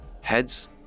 heads